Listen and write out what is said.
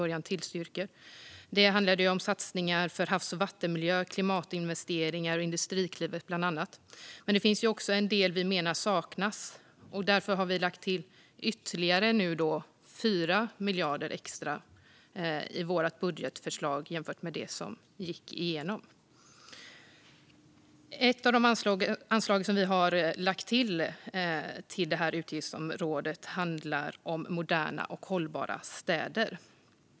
Det handlar bland annat om satsningar för havs och vattenmiljön, klimatinvesteringar och Industriklivet. Men det finns också en del som vi menar saknas. Därför har vi i vårt budgetförslag lagt till 4 miljarder extra till det som gick igenom. Ett av de anslag som vi har lagt till på det här utgiftsområdet handlar om moderna och hållbara städer.